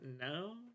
No